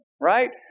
right